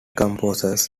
composers